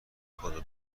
کادو